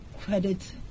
credit